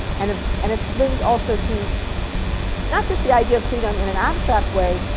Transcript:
and ah and it's linked also to not just the idea of freedom in an abstract way,